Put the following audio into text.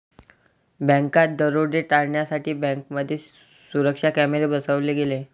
बँकात दरोडे टाळण्यासाठी बँकांमध्ये सुरक्षा कॅमेरे बसवले गेले